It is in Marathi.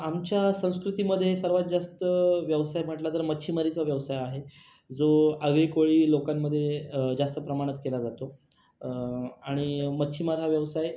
आमच्या संस्कृतीमध्ये सर्वात जास्त व्यवसाय म्हटला तर मच्छीमारीचा व्यवसाय आहे जो आगरी कोळी लोकांमध्ये जास्त प्रमाणात केला जातो आणि मच्छीमार हा व्यवसाय